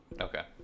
Okay